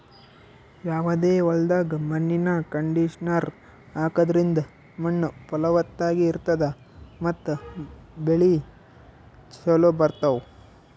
ಯಾವದೇ ಹೊಲ್ದಾಗ್ ಮಣ್ಣಿನ್ ಕಂಡೀಷನರ್ ಹಾಕದ್ರಿಂದ್ ಮಣ್ಣ್ ಫಲವತ್ತಾಗಿ ಇರ್ತದ ಮತ್ತ್ ಬೆಳಿ ಚೋಲೊ ಬರ್ತಾವ್